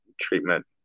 treatment